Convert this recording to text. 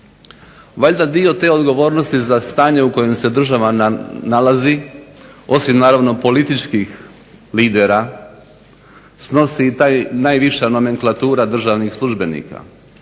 Valjda dio te odgovornosti za stanje u kojem se država nalazi, osim naravno političkih lidera snosi i ta najviša nomenklatura državnih službenika.